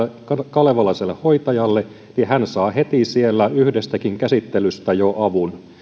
kalevalaiselle hoitajalle hän saa heti siellä jo yhdestäkin käsittelystä avun